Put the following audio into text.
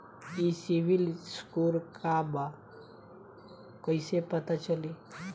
ई CIBIL score का बा कइसे पता चली?